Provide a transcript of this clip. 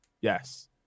Yes